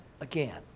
again